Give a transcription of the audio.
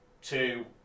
two